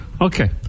Okay